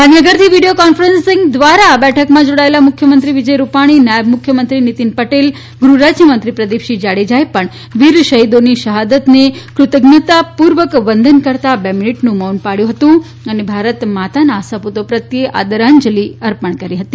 ગાંધીનગરથી video conference દ્વારા આ બેઠકમાં જોડાયેલા મુખ્યમંત્રી વિજય રૂપાણી નાયબ મુખ્યમંત્રી નીતિન પટેલ ગૃહ રાજ્યમંત્રી પ્રદીપસિંહ જાડેજાએ પણ આ વીર શહિદોની શહાદતને કૃતજ્ઞતાપૂર્વક વંદન કરતાં બે મિનીટનું મૌન પાળ્યું હતું અને ભારત માતાના આ સપૂતો પ્રત્યે આદરાંજલિ અર્પણ કરી હતી